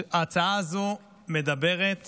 ההצעה הזו מדברת